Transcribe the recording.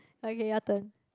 okay your turn